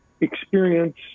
experience